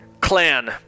clan